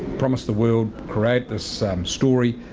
promise the world, create this story,